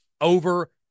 over